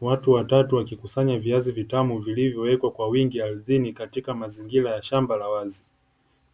Watu watatu wakikusanya viazi vitamu vilivyowekwa kwa wingi ardhini, katika mazingira ya shamba la wazi,